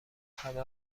همه